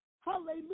hallelujah